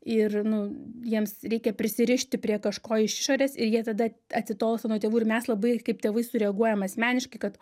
ir nu jiems reikia prisirišti prie kažko iš išorės ir jie tada atitolsta nuo tėvų ir mes labai kaip tėvai sureaguojam asmeniškai kad